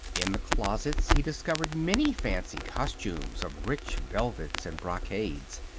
in the closets he discovered many fancy costumes of rich velvets and brocades,